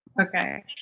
Okay